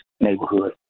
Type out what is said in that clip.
neighborhood